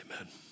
amen